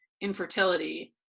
infertility